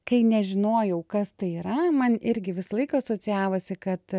kai nežinojau kas tai yra man irgi visą laiką asocijavosi kad